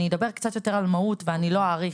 אלא אני אדבר קצת יותר על מהות ואני לא אאריך,